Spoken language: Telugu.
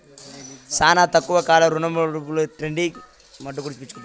శానా తక్కువ కాల రుణపెట్టుబడుల ట్రేడింగ్ సూచించేది మనీ మార్కెట్